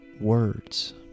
words